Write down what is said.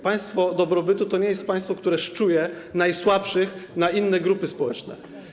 Państwo dobrobytu to nie jest państwo, które szczuje najsłabszych na inne grupy społeczne.